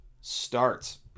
starts